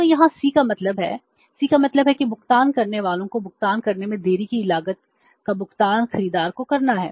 तो यहाँ C का मतलब है C का मतलब है कि भुगतान करने वाले को भुगतान करने में देरी की लागत का भुगतान खरीदार को करना है